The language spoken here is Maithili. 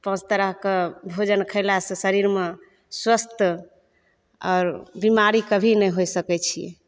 पाँच तरह कऽ भोजन खयलासँ शरीरमे स्वस्थ्य आओर बीमारी कभी नहि होए सकैत छियै